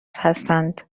هستند